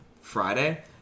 Friday